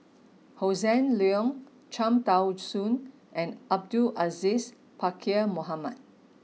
Hossan Leong Cham Tao Soon and Abdul Aziz Pakkeer Mohamed